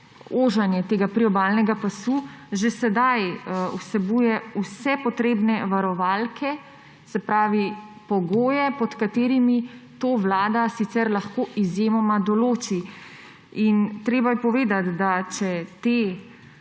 oženje tega priobalnega pasu že sedaj, vsebuje vse potrebne varovalke, se pravi, pogoje, pod katerimi to Vlada sicer lahko izjemoma določi. Treba je povedati, če ti